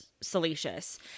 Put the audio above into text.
salacious